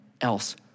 else